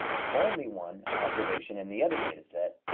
and only one, observation in the other data set,